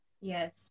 Yes